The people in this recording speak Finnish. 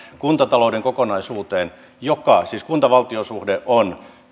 kuntatalouden kokonaisuuteen kunta valtio suhde on